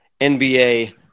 NBA